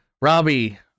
Robbie